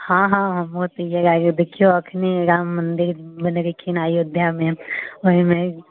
हँ हँ बहुत नीक लागल देखिऔ एखने राम मन्दिर बनेलखिन अयोध्यामे ओहिमे